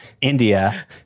India